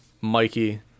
Mikey